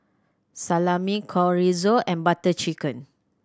Salami Chorizo and Butter Chicken